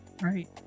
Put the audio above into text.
Right